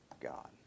God